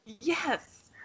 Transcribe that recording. Yes